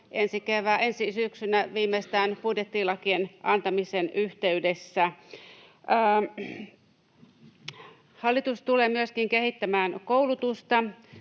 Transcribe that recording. ensi syksynä viimeistään budjettilakien antamisen yhteydessä. Hallitus tulee myöskin kehittämään koulutusta,